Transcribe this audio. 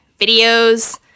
videos